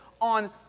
on